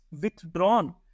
withdrawn